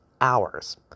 hours